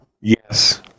Yes